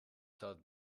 zat